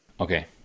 okay